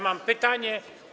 Mam pytanie.